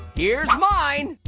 here's mine.